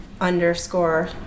underscore